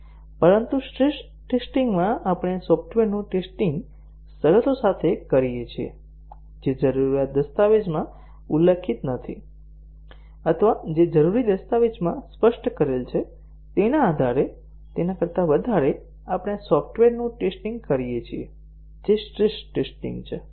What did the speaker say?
પરંતુ સ્ટ્રેસ ટેસ્ટિંગમાં આપણે સોફ્ટવેરનું ટેસ્ટિંગ શરતો સાથે કરીએ છીએ જે જરૂરીયાત દસ્તાવેજમાં ઉલ્લેખિત નથી અથવા જે જરૂરી દસ્તાવેજમાં સ્પષ્ટ કરેલ છે તેના કરતા વધારે આપણે સોફ્ટવેરનું ટેસ્ટીંગ કરીએ છીએ જે સ્ટ્રેસ ટેસ્ટિંગ છે